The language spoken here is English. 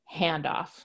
handoff